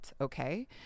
okay